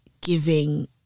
giving